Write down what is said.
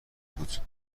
بود